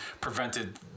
prevented